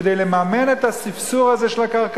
כדי לממן את הספסור הזה של הקרקעות.